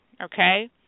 okay